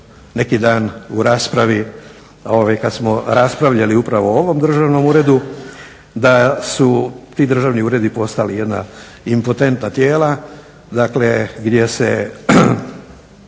neki dan u raspravi kad smo raspravljali upravo o ovom državnom uredu, da su ti državni uredi postali jedna impotentna tijela, dakle gdje se